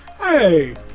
Hey